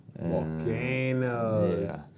Volcanoes